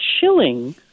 chilling